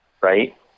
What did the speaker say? right